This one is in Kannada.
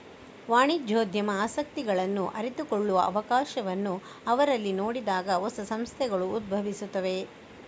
ವಾಣಿಜ್ಯೋದ್ಯಮ ಆಸಕ್ತಿಗಳನ್ನು ಅರಿತುಕೊಳ್ಳುವ ಅವಕಾಶವನ್ನು ಅವರಲ್ಲಿ ನೋಡಿದಾಗ ಹೊಸ ಸಂಸ್ಥೆಗಳು ಉದ್ಭವಿಸುತ್ತವೆ